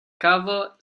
kavo